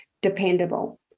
dependable